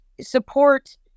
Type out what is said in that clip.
support